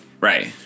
right